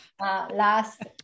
last